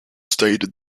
stated